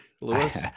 louis